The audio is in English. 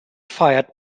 fired